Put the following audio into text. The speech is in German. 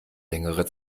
längere